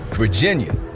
Virginia